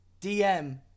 DM